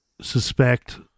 suspect